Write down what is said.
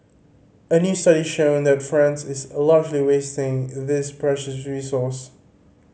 a new study shows that France is largely wasting this precious resource